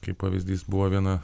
kaip pavyzdys buvo viena